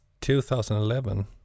2011